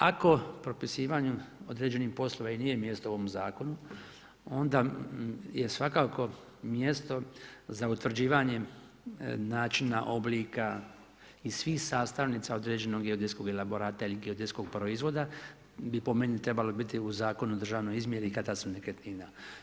Ako propisivanje određenih poslova i nije mjesto u ovom Zakonu, onda je svakako mjesto za utvrđivanjem načina oblika i svih sastavnica određenog geodetskog elaborata ili geodetskog proizvoda bi po meni trebalo biti u Zakonu o državnoj izmjeri i katastru nekretnina.